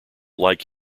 like